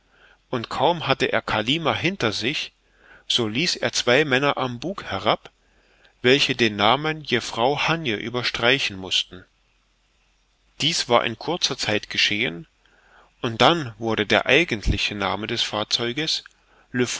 und kaum hatte er kalima hinter sich so ließ er zwei männer am bug herab welche den namen jeffrouw hannje überstreichen mußten dies war in kurzer zeit geschehen und dann wurde der eigentliche name des fahrzeuges